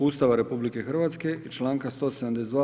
Ustava RH i članka 172.